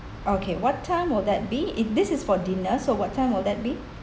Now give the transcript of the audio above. okay what time will that be is this is for dinner so what time will that be